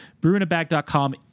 Brewinabag.com